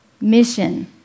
mission